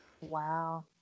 wow